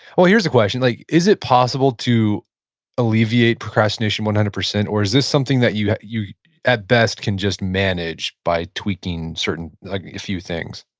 here's a question, like is it possible to alleviate procrastination one hundred percent? or is this something that you you at best can just manage by tweaking certain few things?